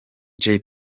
jay